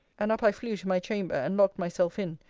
and up i flew to my chamber, and locked myself in,